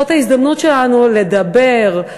זאת ההזדמנות שלנו לדבר,